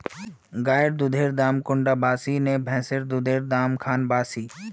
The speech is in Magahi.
गायेर दुधेर दाम कुंडा बासी ने भैंसेर दुधेर र दाम खान बासी?